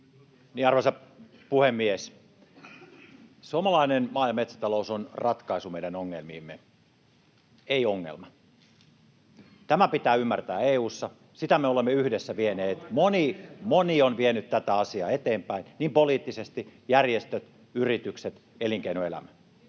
Arvoisa puhemies! Suomalainen maa- ja metsätalous on ratkaisu meidän ongelmiimme, ei ongelma. Tämä pitää ymmärtää EU:ssa. Sitä me olemme yhdessä vieneet, moni on vienyt tätä asiaa eteenpäin niin poliittisesti, järjestöt, yritykset kuin elinkeinoelämä.